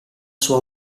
sua